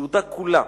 יהודה כולה,